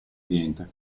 cliente